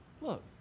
look